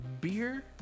beer